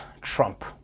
Trump